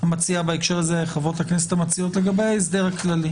המציעות לגבי ההסדר הכללי.